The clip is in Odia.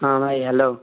ହଁ ଭାଈ ହ୍ୟାଲୋ